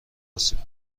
آسیب